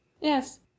yes